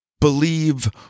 believe